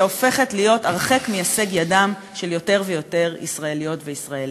שהופכת להיות רחוקה מהישג ידם של יותר ויותר ישראליות וישראלים.